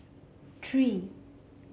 three